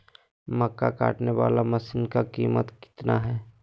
मक्का कटने बाला मसीन का कीमत कितना है?